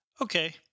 Okay